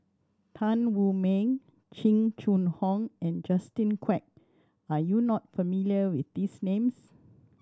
Tan Wu Meng Jing Jun Hong and Justin Quek are you not familiar with these names